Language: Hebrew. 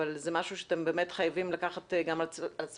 אבל זה משהו שאתם באמת חייבים לקחת גם עצמכם.